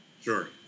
Sure